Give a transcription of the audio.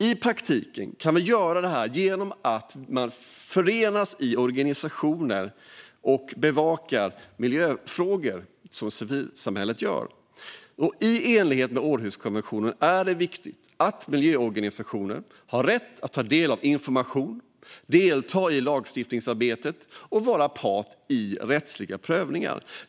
I praktiken kan detta bara göras genom att människor förenas i civilsamhällesorganisationer och bevakar miljöfrågor. I enlighet med Århuskonventionen har miljöorganisationer rätt att ta del av information, delta i lagstiftningsarbete och vara part i rättsliga prövningar.